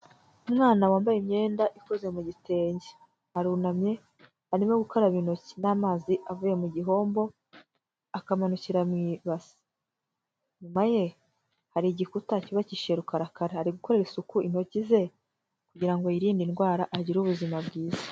Umwana wambaye imyenda ikoze mu gitenge, arunamye arimo gukaraba intoki n'amazi avuye mu gihombo akamanukira mu ibase, inyuma ye hari igikuta cyubakisheje rukarakara ari gukora isuku intoki ze kugira ngo yirinde indwara agire ubuzima bwiza.